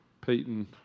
Peyton